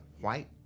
white